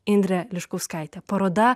indrė liškauskaitė paroda